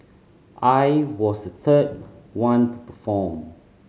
I was the third one to perform